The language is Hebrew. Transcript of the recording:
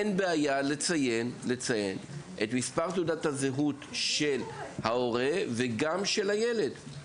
אין בעיה לציין את מספר תעודת הזהות של ההורה וגם של הילד.